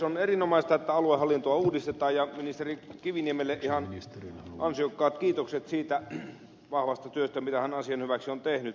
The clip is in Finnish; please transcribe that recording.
on erinomaista että aluehallintoa uudistetaan ja ministeri kiviniemelle ihan ansiokkaat kiitokset siitä vahvasta työstä mitä hän asian hyväksi on tehnyt